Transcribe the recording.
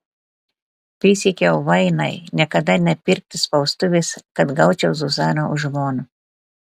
prisiekiau vainai niekada nepirkti spaustuvės kad gaučiau zuzaną už žmoną